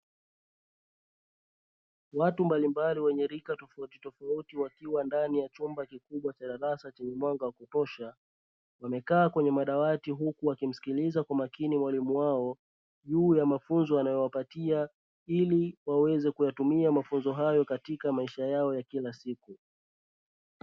Watu mbalimbali wenye rika tofautitofauti, wakiwa ndani ya chumba kikubwa cha darasa chenye mwanga wa kutosha, wameketi katika madawati kwa makini wakimsikiliza mwalimu wao juu ya mafunzo anayowapatia ili waweze kuyatumia mafunzo hayo katika maisha yao ya kila siku.